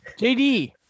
JD